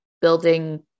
building